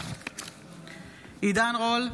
עידן רול,